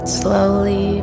slowly